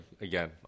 again